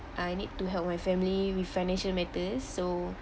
I need to help my family with financial matters so